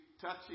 touching